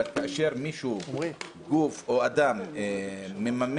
אבל כאשר גוף או אדם מממנים,